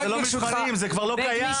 אבל לא מבחנים, זה כבר לא קיים.